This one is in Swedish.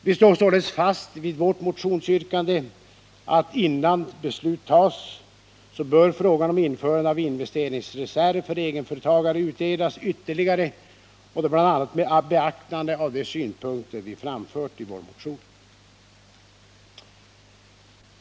Vi står således fast vid vårt motionsyrkande, att innan beslut tas bör frågan om införande av investeringsreserv för egenföretagare utredas ytterligare med beaktande av bl.a. de synpunkter vi framfört i vår motion.